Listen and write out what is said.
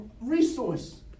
resource